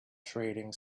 trading